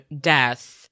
death